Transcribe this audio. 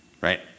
right